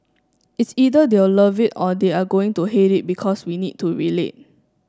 it's either they'll love it or they are going to hate it because we need to relate